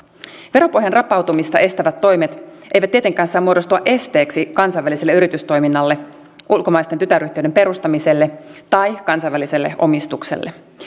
veropohjan rapautumista estävät toimet eivät tietenkään saa muodostua esteeksi kansainväliselle yritystoiminnalle ulkomaisten tytäryhtiöiden perustamiselle tai kansainväliselle omistukselle